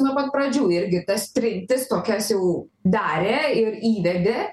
nuo pat pradžių irgi ta sritis tokias jau darė ir įvedė